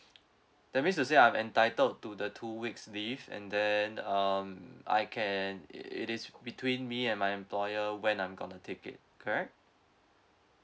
that means to say I'm entitled to the two weeks leave and then um I can it it is between me and my employer when I'm gonna take it correct